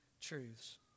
truths